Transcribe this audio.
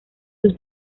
sus